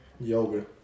Yoga